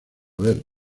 ver